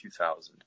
2000